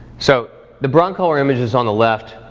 so, the broncolor image is on the left,